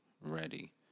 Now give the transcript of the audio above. ready